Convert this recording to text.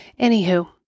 Anywho